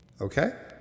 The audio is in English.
Okay